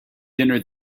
dinner